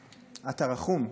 אתה רחום.